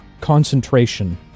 concentration